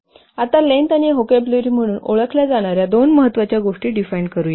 funcab आता length आणि vocabulary म्हणून ओळखल्या जाणार्या दोन महत्वाच्या गोष्टी डिफाइन करू या